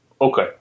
Okay